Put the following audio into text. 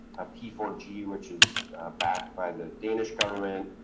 ah p four g, which is backed by the danish government.